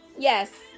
Yes